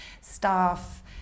staff